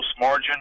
margin